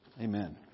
Amen